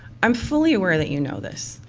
i'm fully aware that you know this.